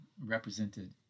represented